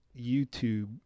YouTube